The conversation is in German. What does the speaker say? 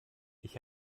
ich